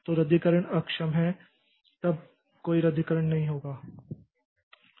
तो रद्दीकरण अक्षम है तब कोई रद्दीकरण नहीं होगा